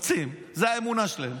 זאת האמונה שלהם,